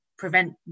prevent